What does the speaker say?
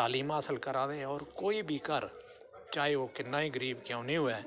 तालीम हासल करा दे होर कोई बी घर चाहे ओह् किन्ना गै गरीब क्यों निं होऐ